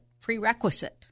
prerequisite